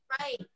right